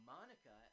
Monica